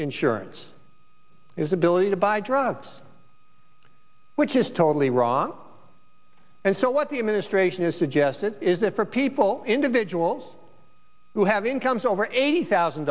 insurance is ability to buy drugs which is totally wrong and so what the administration is suggesting is that for people individuals who have incomes over eighty thousand